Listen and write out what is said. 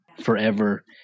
forever